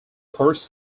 course